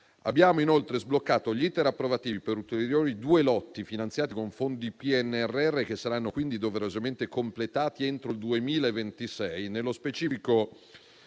Abbiamo inoltre sbloccato gli *iter* approvativi per ulteriori due lotti finanziati con fondi PNRR, che saranno quindi doverosamente completati entro il 2026: